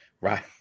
Right